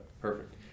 perfect